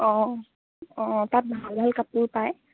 অঁ অঁ তাত ভাল ভাল কাপোৰ পায়